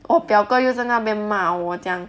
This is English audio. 我表哥又在那边 mah 我讲